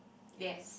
yes